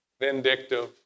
vindictive